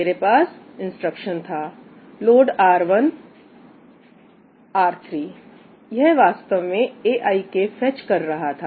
मेरे पास इंस्ट्रक्शन था लोड R1 R3 यह वास्तव में aik फेच कर रहा था